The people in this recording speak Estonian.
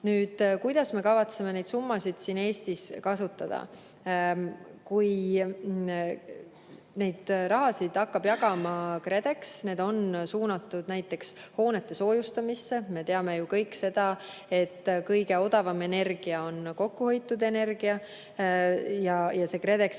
Kuidas me kavatseme neid summasid Eestis kasutada? Neid rahasid hakkab jagama KredEx. Need suunatakse näiteks hoonete soojustamiseks. Me teame ju kõik seda, et kõige odavam energia on kokkuhoitud energia. KredExi